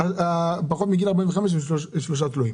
ופחות מגיל 45 ושלושה תלויים